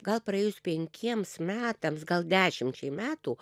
gal praėjus penkiems metams gal dešimčiai metų